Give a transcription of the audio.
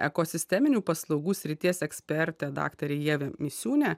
ekosisteminių paslaugų srities ekspertė daktarė ievė misiūnė